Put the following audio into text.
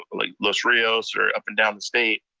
like los rios, or up and down the state.